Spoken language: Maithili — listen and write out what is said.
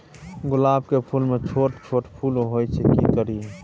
गुलाब के फूल में छोट छोट फूल होय छै की करियै?